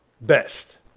best